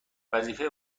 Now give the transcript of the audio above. وظیفه